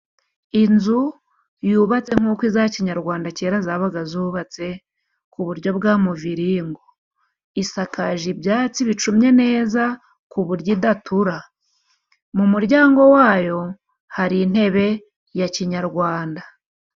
Inzu yubatse nk'uko iza kinyarwanda kera zabaga zubatse ku buryo bwa muviriyengo, isakaje ibyatsi bicumye neza, ku buryo idatura. Mu muryango wayo hari intebe ya kinyarwanda.